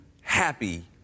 happy